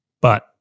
But-